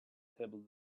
table